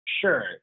Sure